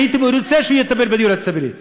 אני הייתי רוצה שהוא יטפל בדיור הציבורי.